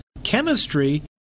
Chemistry